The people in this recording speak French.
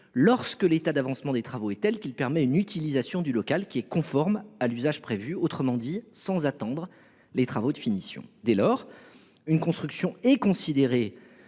lorsque l’état d’avancement des travaux est tel qu’il permet une utilisation du local conforme à l’usage prévu, sans attendre les travaux de finition. Dès lors, une construction est considérée